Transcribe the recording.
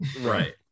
Right